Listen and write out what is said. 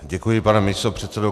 Děkuji, pane místopředsedo.